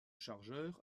chargeur